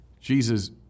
Jesus